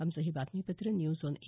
आमचं हे बातमीपत्र न्यूज ऑन ए